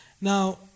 Now